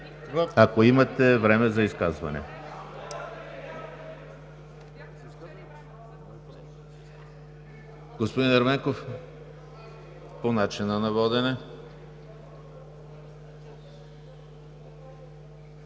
Ако имате време за изказване.